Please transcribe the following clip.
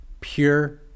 pure